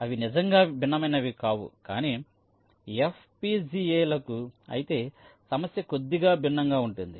అవి నిజంగా భిన్నమైనవి కావు కానీ FPGA లకు అయితే సమస్య కొద్దిగా భిన్నంగా ఉంటుంది